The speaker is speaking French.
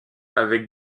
avec